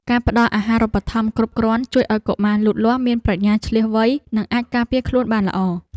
ការផ្តល់អាហារូបត្ថម្ភគ្រប់គ្រាន់ជួយឱ្យកុមារលូតលាស់មានប្រាជ្ញាឈ្លាសវៃនិងអាចការពារខ្លួនបានល្អ។